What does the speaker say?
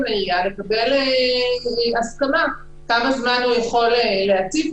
לעירייה לקבל הסכמה כמה זמן הוא יכול להציב.